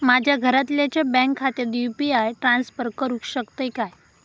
माझ्या घरातल्याच्या बँक खात्यात यू.पी.आय ट्रान्स्फर करुक शकतय काय?